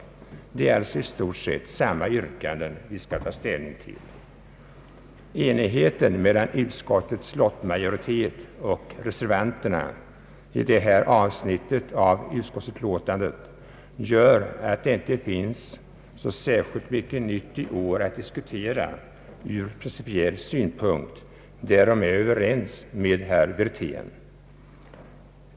Det är alltså i stort sett samma yrkanden vi skall ta ställning till. Enigheten mellan utskottets lottmajoritet och reservanterna i detta avsnitt av utskottsutlåtandet gör att det inte finns så särskilt mycket nytt i år att diskutera ur principiell synpunkt. Därom är jag överens med herr Wirtén.